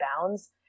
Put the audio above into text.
bounds